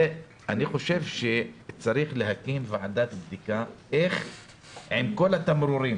אני חושב שצריך להקים ועדת בדיקה איך עם כל התמרורים